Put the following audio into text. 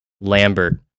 lambert